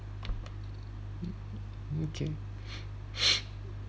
okay